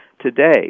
today